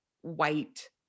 white